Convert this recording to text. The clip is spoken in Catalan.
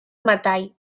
metall